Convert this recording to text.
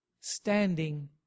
standing